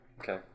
Okay